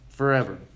forever